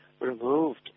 removed